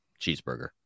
cheeseburger